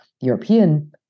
European